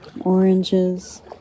oranges